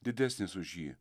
didesnis už jį